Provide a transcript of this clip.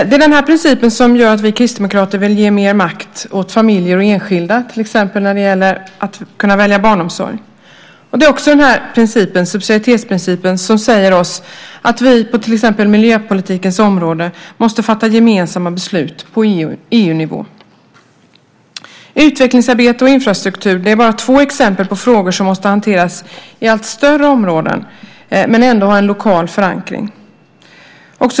Det är den här principen som gör att vi kristdemokrater vill ge mer makt åt familjer och enskilda till exempel när det gäller att kunna välja barnomsorg. Subsidiaritetsprincipen säger oss också att vi på till exempel miljöpolitikens område måste fatta gemensamma beslut på EU-nivå. Utvecklingsarbete och infrastruktur är bara två exempel på frågor som måste hanteras i allt större områden men ändå ha en lokal förankring.